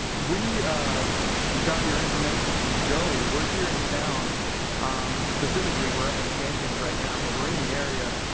we got your information from joey. we're here in town specifically, we're up in jenkins right now, but we're in the area,